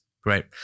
Great